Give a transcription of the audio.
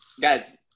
guys